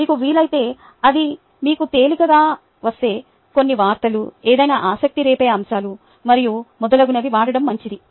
మీకు వీలైతే అది మీకు తేలికగా వస్తే కొన్ని వార్తలు ఏదైన ఆసక్తి రేపే అంశాలు మరియు మొదలగునవి వాడడం మంచిది